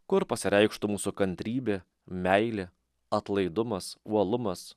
kur pasireikštų mūsų kantrybė meilė atlaidumas uolumas